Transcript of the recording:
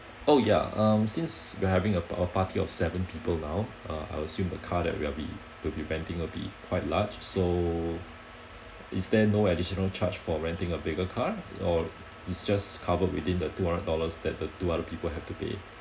oh ya um since we're having a a party of seven people now uh I assume the car that we will be will be renting will be quite large so is there no additional charge for renting a bigger car or it just covered within the two hundred dollars that the two other people have to pay